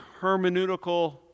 hermeneutical